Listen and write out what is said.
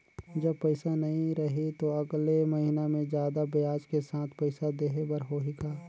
जब पइसा नहीं रही तो अगले महीना मे जादा ब्याज के साथ पइसा देहे बर होहि का?